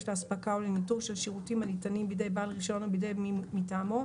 לאספקה או לניטור של שירותים הניתנים בידי בעל רישיון או בידי מי מטעמו,